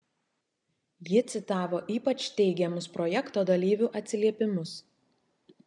ji citavo ypač teigiamus projekto dalyvių atsiliepimus